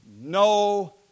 No